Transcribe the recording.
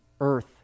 earth